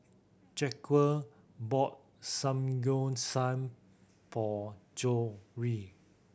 Jacquez bought Samgyeopsal for Joni